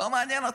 לא מעניין אותם.